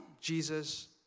jesus